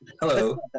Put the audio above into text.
Hello